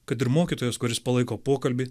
kad ir mokytojas kuris palaiko pokalbį